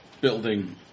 building